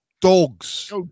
dogs